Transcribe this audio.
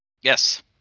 Yes